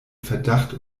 verdacht